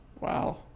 Wow